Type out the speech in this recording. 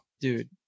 dude